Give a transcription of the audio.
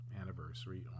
anniversary